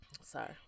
Sorry